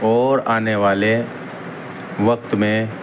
اور آنے والے وقت میں